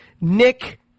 Nick